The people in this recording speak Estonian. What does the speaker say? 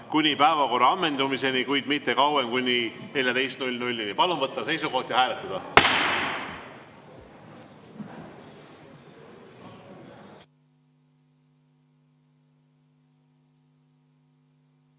kuni päevakorra ammendumiseni, kuid mitte kauem kui kella 14‑ni. Palun võtta seisukoht ja hääletada!